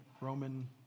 Roman